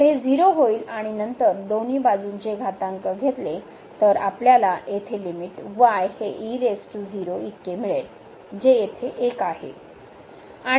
तर हे 0 होईल आणि नंतर दोन्ही बाजूंचे घातांक घेतले तर आपल्याला येथे लिमिट y हे इतके मिळेल जे येथे 1 आहे